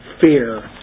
fear